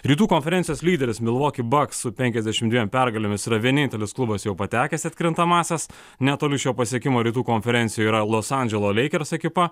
rytų konferencijos lyderis milwaukee bucks su penkiasdešim dviem pergalėmis yra vienintelis klubas jau patekęs į atkrintamąsias netoli šio pasiekimo rytų konferencijoje yra los andželo lakers ekipa